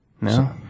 No